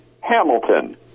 Hamilton